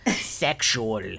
sexual